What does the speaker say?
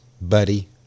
buddy